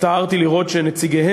הצטערתי לראות שנציגיו